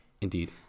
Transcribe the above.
Indeed